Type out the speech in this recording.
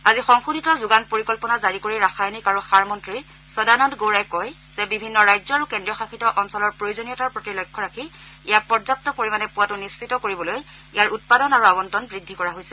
আজি সংশোধিত যোগান পৰিকল্পনা জাৰি কৰি ৰাসায়নিক আৰু সাৰ মন্ত্ৰী সদানন্দ গৌড়াই কয় যে বিভিন্ন ৰাজ্য আৰু কেন্দ্ৰীয় শাসিত অঞ্চলৰ প্ৰয়োজনীয়তাৰ প্ৰতি লক্ষ্য ৰাখি ইয়াক পৰ্যাপ্ত পৰিমাণে পোৱাটো নিশ্চিত কৰিবলৈ ইয়াৰ উৎপাদন আৰু আৱণ্টন বৃদ্ধি কৰা হৈছে